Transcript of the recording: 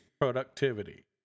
productivity